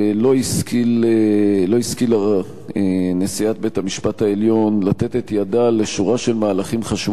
לא השכילה נשיאת בית-המשפט העליון לתת את ידה לשורה של מהלכים חשובים